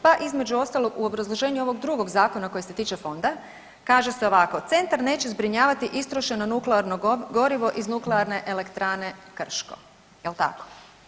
Pa između ostalog u obrazloženju ovog drugog zakona koji se tiče fonda kaže se ovako, centar neće zbrinjavati istrošeno nuklearno gorivo iz Nuklearne elektrane Krško, jel tako?